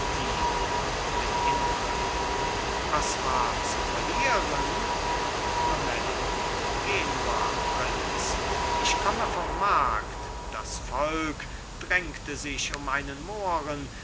gianettino mit ingrimm was war zu verlieren lomellin genua prinz ich komme vom markt das volk drängte sich um einen mohren